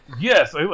yes